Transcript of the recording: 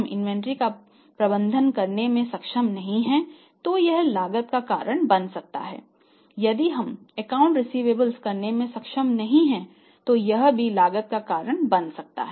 inventory करने में सक्षम नहीं हैं तो यह लागत का कारण बन सकता है